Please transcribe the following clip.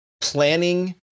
planning